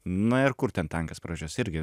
na ir kur ten tankas pravažiuos irgi